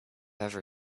ever